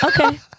Okay